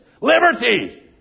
Liberty